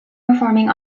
performing